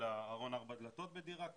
אלא ארון ארבע דלתות בדירה כזאת,